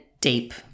deep